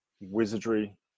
wizardry